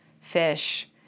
fish